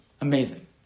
Amazing